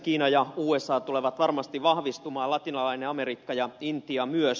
kiina ja usa tulevat varmasti vahvistumaan latinalainen amerikka ja intia myös